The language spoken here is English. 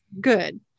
Good